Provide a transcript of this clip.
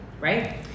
Right